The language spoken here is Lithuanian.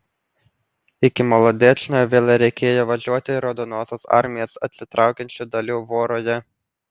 iki molodečno vėl reikėjo važiuoti raudonosios armijos atsitraukiančių dalių voroje